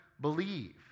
believe